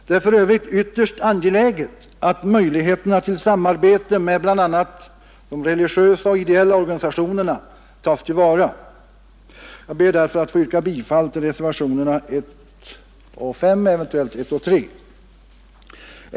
Det är för övrigt ytterst angeläget att möjligheterna till samarbete med bl.a. de religiösa och ideella organisationerna tas till vara. Jag ber därför att få yrka bifall till reservationerna 1, 3 och 5.